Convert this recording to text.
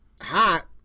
hot